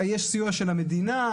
יש סיוע של המדינה,